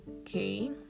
okay